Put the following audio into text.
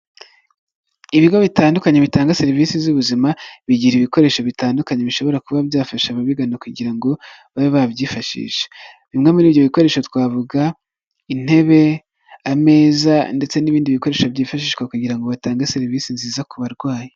Ibigo bitandukanye bitanga serivisi z'ubuzima bigira ibikoresho bitandukanye bishobora kuba byafasha ababigana kugira ngo babe babyifashisha. Bimwe muri ibyo bikoresho twavuga: intebe, ameza, ndetse n'ibindi bikoresho byifashishwa kugira ngo batange serivisi nziza ku barwayi.